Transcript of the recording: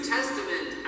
Testament